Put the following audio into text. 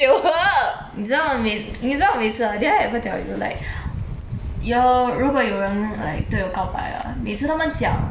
你知道每你知道每次 ah did I ever tell you like 有如果有人 like 对我告白啊每次他们讲我问他们